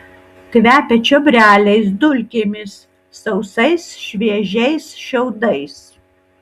kvepia čiobreliais dulkėmis sausais šviežiais šiaudais